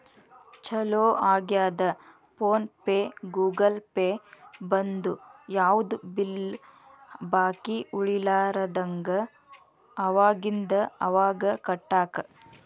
ಚೊಲೋ ಆಗ್ಯದ PhonePe Google Pay ಬಂದು ಯಾವ್ದು ಬಿಲ್ ಬಾಕಿ ಉಳಿಲಾರದಂಗ ಅವಾಗಿಂದ ಅವಾಗ ಕಟ್ಟಾಕ